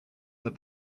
that